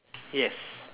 yes